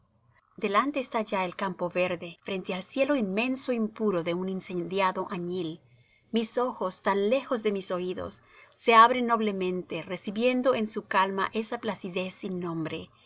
delante está ya el campo verde frente al cielo inmenso y puro de un incendiado añil mis ojos tan lejos de mis oídos se abren noblemente recibiendo en su calma esa placidez sin nombre